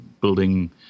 building